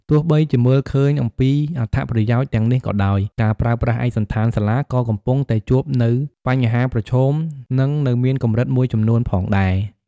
ទោះបីជាមើលឃើញអំពីអត្ថប្រយោជន៍ទាំងនេះក៏ដោយ ការប្រើប្រាស់ឯកសណ្ឋានសាលាក៏កំពុងតែជួបនៅបញ្ហាប្រឈមនិងនៅមានកម្រិតមួយចំនួនផងដែរ។